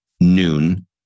noon